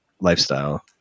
lifestyle